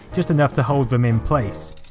just enough to hold them in place.